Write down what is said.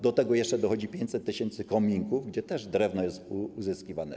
Do tego jeszcze dochodzi 500 tys. kominków, gdzie też drewno jest wykorzystywane.